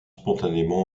spontanément